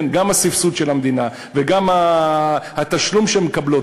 גם הסבסוד של המדינה וגם התשלום שהן מקבלות,